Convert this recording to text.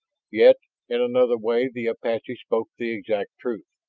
yet in another way the apache spoke the exact truth.